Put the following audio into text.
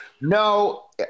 No